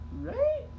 Right